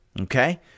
okay